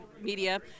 media